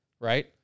right